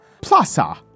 plaza